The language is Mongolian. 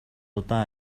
удаан